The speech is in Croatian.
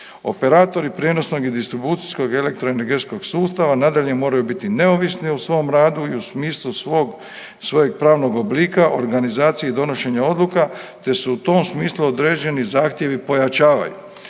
Operatori prijenosnog i distribucijskog elektroenergetskog sustava nadalje moraju biti neovisni u svom radu i u smislu svojeg pravnog oblika, organizacije i donošenja odluke te su u tom smislu određeni zahtjevi pojačavaju.